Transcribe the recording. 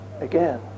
again